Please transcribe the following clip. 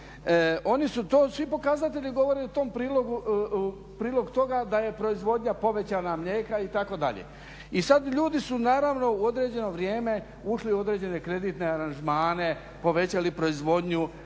svi pokazatelji govore u prilog toga da je proizvodnja povećana mlijeka itd.. I sada ljudi su naravno u određeno vrijeme ušli u određene kreditne aranžmane, povećali proizvodnju,